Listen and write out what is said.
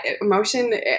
emotion